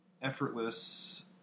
Effortless